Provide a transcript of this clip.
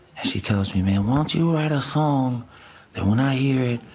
and she tells me, man why don't you write a song that when i hear it,